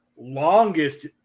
longest –